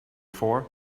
for